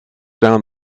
down